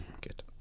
Good